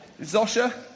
Zosha